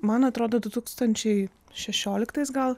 man atrodo du tūkstančiai šešioliktais gal